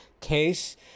case